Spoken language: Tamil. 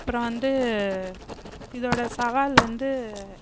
அப்புறோம் வந்து இதோடய சவால் வந்து